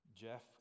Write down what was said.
Jeff